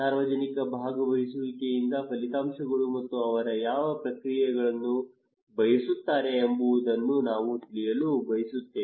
ಸಾರ್ವಜನಿಕ ಭಾಗವಹಿಸುವಿಕೆಯಿಂದ ಫಲಿತಾಂಶಗಳು ಮತ್ತು ಅವರು ಯಾವ ಪ್ರಕ್ರಿಯೆಗಳನ್ನು ಬಯಸುತ್ತಾರೆ ಎಂಬುದನ್ನು ನಾವು ತಿಳಿಯಲು ಬಯಸುತ್ತೇವೆ